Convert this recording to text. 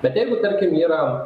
bet jeigu tarkim yra